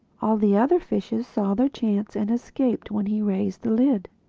all the other fishes saw their chance and escaped when he raised the lid.